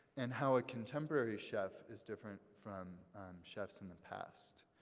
and how a contemporary chef is different from chefs in the past.